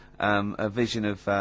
um, a vision of ah,